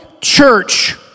church